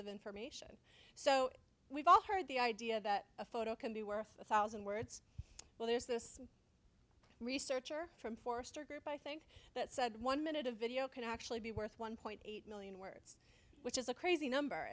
of information so we've all heard the idea that a photo can be worth a thousand words well there's this researcher from forrester group i think that said one minute a video can actually be worth one point eight million words which is a crazy number